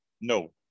No